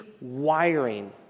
wiring